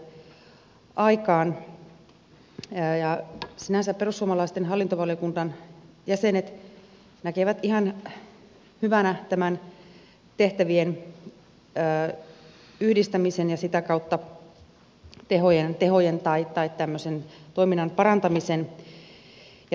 sinänsä perussuomalaiset hallintovaliokunnan jäsenet näkevät ihan hyvänä tämän tehtävien yhdistämisen ja sitä kautta tämmöisen toiminnan parantamisen ja tuloksellisuuden tavoittelemisen